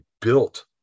built